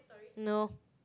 no